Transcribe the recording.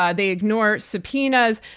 ah they ignore subpoenas.